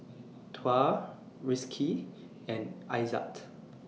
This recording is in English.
Tuah Rizqi and Aizat